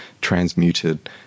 transmuted